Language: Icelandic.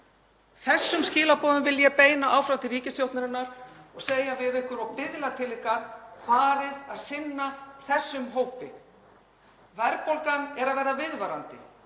Þessum skilaboðum vil ég beina áfram til ríkisstjórnarinnar og segja við ykkur og biðla til ykkar: Farið að sinna þessum hópi. Verðbólgan er að verða viðvarandi.